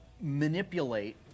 manipulate